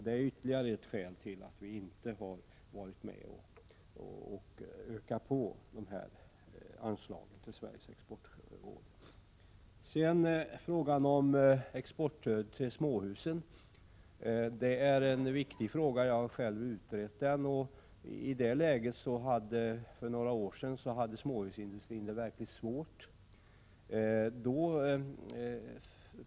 Det är ytterligare ett skäl till att vi inte velat öka anslaget till Sveriges Exportråd. Frågan om exportstöd till småhusindustrin är viktig. Jag har själv utrett den. Det var för några år sedan, då småhusindustrin hade det verkligt svårt.